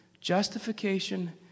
justification